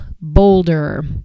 Boulder